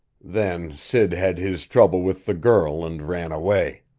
then sid had his trouble with the girl and ran away.